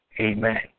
Amen